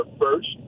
first